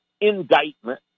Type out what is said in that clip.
indictment